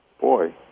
boy